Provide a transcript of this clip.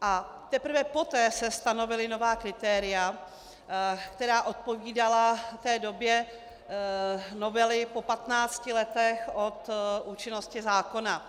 a teprve poté se stanovila nová kritéria, která odpovídala té době novely po 15 letech od účinnosti zákona.